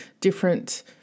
different –